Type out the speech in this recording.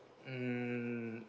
mm